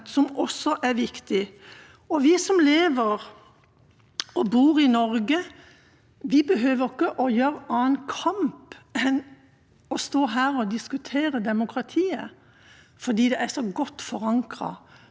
og diskutere demokratiet, fordi det er så godt forankret, og det er et av verdens beste demokratier, som også statsråden var inne på. Likevel er det også demokratiske motkrefter i Norge,